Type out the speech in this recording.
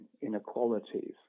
inequalities